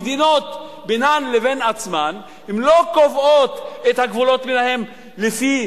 המדינות בינן לבין עצמן לא קובעות את הגבולות שלהן לפי,